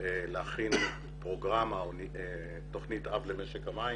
להכין פרוגרמה או תוכנית אב למשק המים